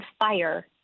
fire